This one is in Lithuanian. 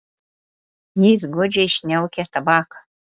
jis godžiai šniaukia tabaką